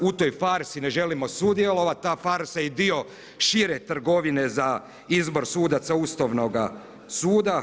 U toj farsi ne želimo sudjelovati, ta farsa je dio šire trgovine za izbor sudaca Ustavnoga suda.